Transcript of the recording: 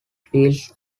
fields